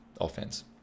Offense